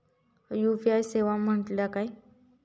UPI सेवा म्हटल्या काय?